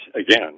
again